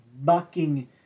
bucking